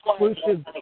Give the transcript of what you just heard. exclusive